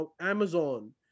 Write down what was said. Amazon